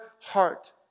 heart